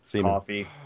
Coffee